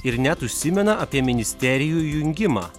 ir net užsimena apie ministerijų jungimą